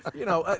you know, ah